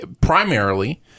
primarily